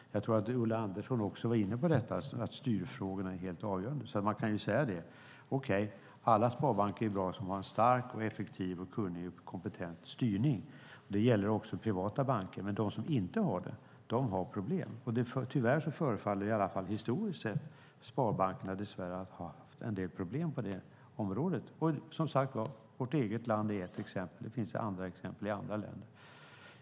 Jag tror att även Ulla Andersson var inne på att styrfrågorna är helt avgörande, så man kan ju säga att alla sparbanker är bra som har en stark och effektiv och kunnig och kompetent styrning. Det gäller också privata banker. Men de som inte har det har problem. Tyvärr förefaller i alla fall historiskt sett sparbankerna ha haft en del problem på det området. Vårt eget land är som sagt ett exempel. Det finns andra exempel i andra länder.